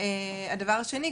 הדבר השני,